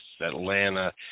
Atlanta